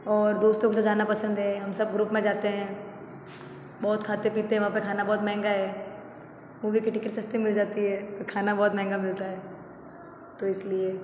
और दोस्तों के साथ जाना पसंद है हम सब ग्रुप में जाते हैं बहुत खाते पीते हैं वहाँ पे खाना बहुत महँगा है मूवी की टिकट सस्ती मिल जाती है और खाना बहुत महँगा मिलता है तो इसलिए